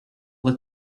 let